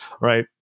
right